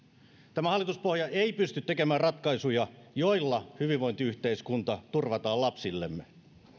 tämä hallituspohja ei pysty tekemään ratkaisuja joilla hyvinvointiyhteiskunta turvataan lapsillemme